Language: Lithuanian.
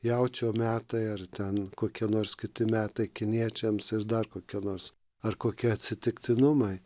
jaučio metai ar ten kokie nors kiti metai kiniečiams ir dar kokie nors ar kokie atsitiktinumai